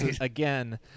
again